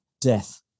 Death